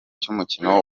cy’umukino